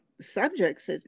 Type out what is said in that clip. subjects